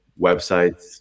websites